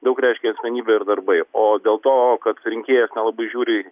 daug reiškia asmenybė ir darbai o dėl to kad rinkėjas nelabai žiūri